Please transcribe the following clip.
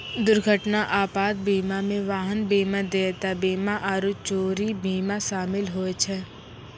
दुर्घटना आपात बीमा मे वाहन बीमा, देयता बीमा आरु चोरी बीमा शामिल होय छै